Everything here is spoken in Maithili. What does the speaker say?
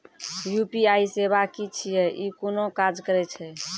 यु.पी.आई सेवा की छियै? ई कूना काज करै छै?